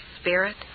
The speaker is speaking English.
spirit